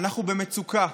אנחנו במצוקה,